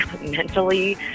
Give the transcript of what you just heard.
mentally